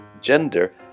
gender